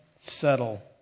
settle